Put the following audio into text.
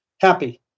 happy